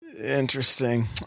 Interesting